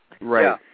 Right